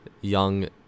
young